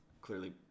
clearly